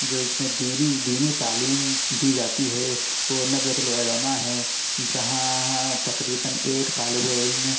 جو اس میں دیری دینی تعلیم دی جاتی ہے وہ ندوۃ العلماء ہے جہاں تقریباََ ایک طالب علم